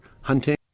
hunting